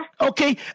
Okay